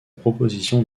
proposition